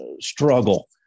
struggle